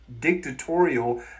dictatorial